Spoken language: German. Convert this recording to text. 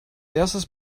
erstes